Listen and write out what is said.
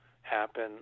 happen